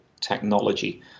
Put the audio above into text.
technology